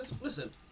listen